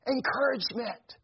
Encouragement